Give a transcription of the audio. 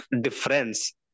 difference